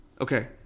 Okay